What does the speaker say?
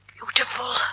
beautiful